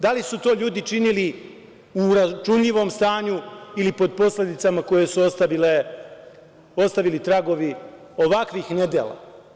Da li su to ljudi činili u uračunljivom stanju ili pod posledicama koje su ostavili tragovi ovakvih nedela?